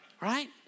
Right